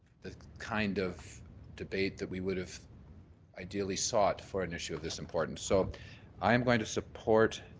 the kind of debate that we would have ideally sought for an issue of this importance. so i am going to support